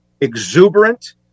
exuberant